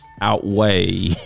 outweigh